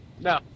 No